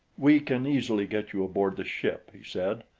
we can easily get you aboard the ship, he said,